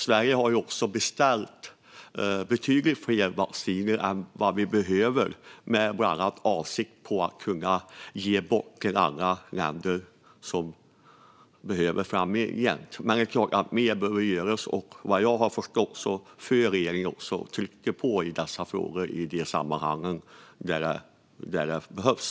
Sverige har också beställt betydligt fler doser av vaccin än vad vi behöver med bland annat avsikten att ge bort till alla länder som behöver vaccin. Mer behöver göras. Vad jag har förstått trycker regeringen på i dessa frågor i de sammanhang där det behövs.